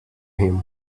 him